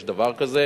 יש דבר כזה.